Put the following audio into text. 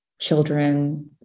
children